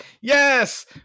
yes